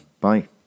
Bye